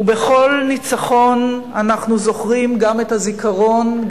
ובכל ניצחון אנחנו זוכרים גם את הזיכרון,